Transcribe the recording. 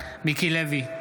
בעד מיקי לוי,